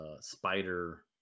spider